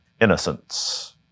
innocence